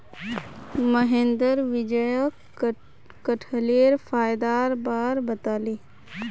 महेंद्र विजयक कठहलेर फायदार बार बताले